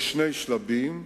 בשני שלבים: